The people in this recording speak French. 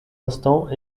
instant